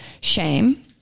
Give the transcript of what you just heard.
shame